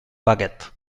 paquet